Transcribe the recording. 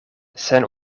sen